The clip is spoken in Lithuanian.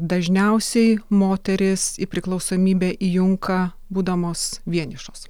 dažniausiai moterys į priklausomybę įjunka būdamos vienišos